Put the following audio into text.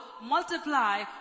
multiply